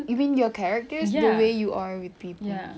you mean your characters the way you are with people